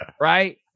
right